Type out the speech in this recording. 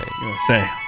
USA